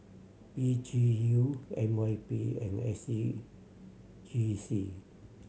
P G U N Y P and S C G C